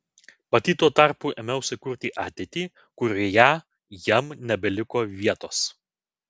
pati tuo tarpu ėmiausi kurti ateitį kurioje jam nebeliko vietos